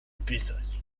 pisać